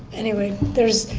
anyway, there's,